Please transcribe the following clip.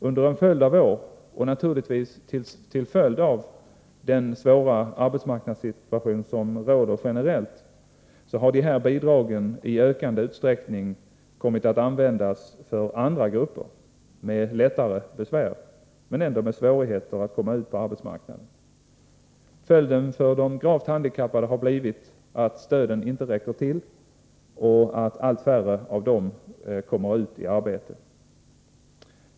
Under en följd av år, och naturligtvis till följd av den svåra arbetsmarknadssituation som råder generellt, har de här bidragen i ökande utsträckning kommit att användas för andra grupper med lättare besvär men ändå med svårigheter att komma ut på arbetsmarknaden. Följden för de gravt handikappade har blivit att stöden inte räcker till och att allt färre av de handikappade kommer ut i arbete.